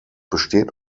besteht